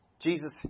Jesus